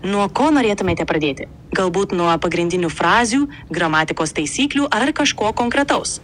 nuo ko norėtumėte pradėti galbūt nuo pagrindinių frazių gramatikos taisyklių ar kažko konkretaus